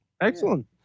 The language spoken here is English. Excellent